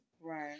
Right